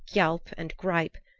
gialp and greip,